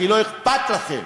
כי לא אכפת לכם.